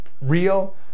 real